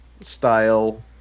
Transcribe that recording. style